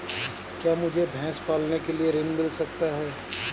क्या मुझे भैंस पालने के लिए ऋण मिल सकता है?